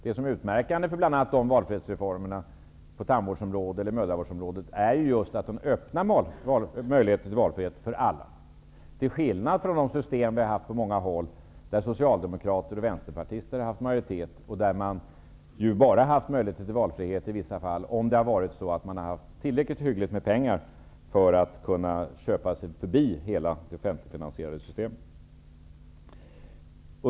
Det som är utmärkande för valfrihetsreformerna på tandvårdsområdet eller på mödravårdsområdet är just att de öppnar möjligheterna för alla att välja, till skillnad från de system som har funnits på många håll där socialdemokrater och vänsterpartister har bildat majoritet. Där har det ju bara funnits möjlighet till valfrihet då man har haft tillräckligt hyggligt med pengar för att kunna köpa sig förbi hela det offentligt finansierade systemet.